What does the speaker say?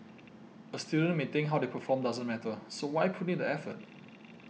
a student may think how they perform doesn't matter so why put in the effort